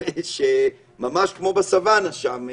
ממש כמו בסוואנה שם.